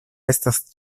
estas